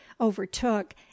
overtook